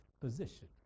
position